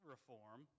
reform